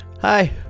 hi